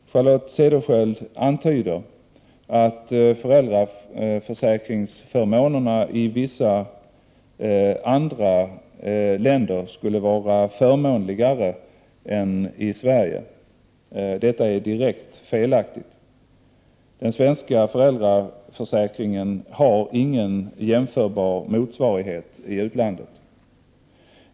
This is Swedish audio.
Charlotte Cederschiöld antyder att föräldraförsäkringsförmånerna i vissa andra länder skulle var förmånligare än i Sverige. Detta är direkt felaktigt. Den svenska föräldraförsäkringen har ingen jämförbar motsvarighet i utlandet.